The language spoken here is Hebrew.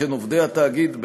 עובדי התאגיד,